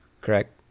correct